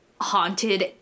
haunted